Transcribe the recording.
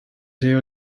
see